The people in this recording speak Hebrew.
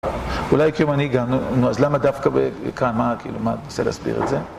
אולי כאילו אני גם, אז למה דווקא כאן, מה כאילו, מה אתה מנסה להסביר את זה?